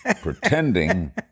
pretending